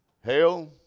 hell